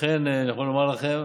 לכן אני יכול לומר לכם